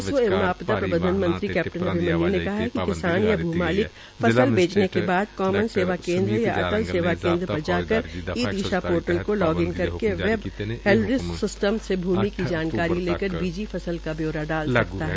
राज्स्व एवं आपदा प्रबधन कमंत्री कैप्टन अभिमन्यू ने कहा कि किसान या भू मालिक फसल बेचने के बाद कोमन सेवा केन्द्र या अटल् सेवा केन्द्र पर जाकर ई दिशा पोर्टल को लॉग इन करके वेब हैलरिसा सिस्टम से भूमि की जानकारी लेकर बीजी फसल का ब्यौरा डाल सकता है